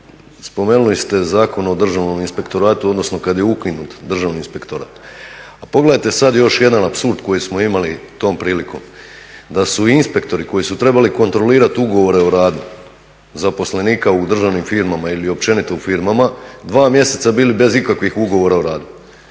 Spomenuli ste Zakon o Državnom inspektoratu, odnosno kad je ukinut Državni inspektorat. A pogledajte sad još jedan apsurd koji smo imali tom prilikom. Da su inspektori koji su trebali kontrolirati ugovore o radu zaposlenika u državnim firmama ili općenito u firmama dva mjeseca bili bez ikakvih ugovora o radu